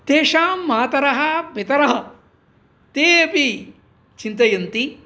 तेषां मातरः पितरः ते अपि चिन्तयन्ति